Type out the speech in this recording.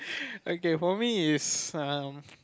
okay for me it's um